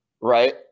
right